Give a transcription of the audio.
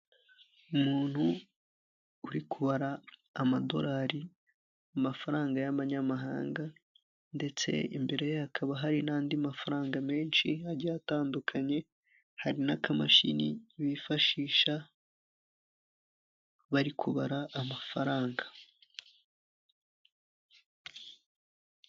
Umuntu uri kubara amadorari amafaranga y'abanyamahanga ndetse imbere hakaba hari n'andi mafaranga menshi agiye atandukanye, hari n'akamashini bifashisha bari kubara amafaranga.